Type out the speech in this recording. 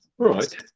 right